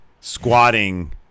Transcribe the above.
squatting